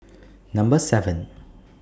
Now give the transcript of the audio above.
Number seven